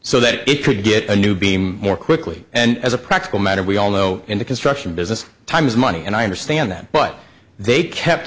so that it could get a new beam more quickly and as a practical matter we all know in the construction business time is money and i understand that but they kept